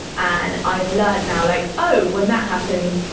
and i've learnt now, like, oh, when that happens,